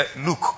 Look